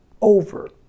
over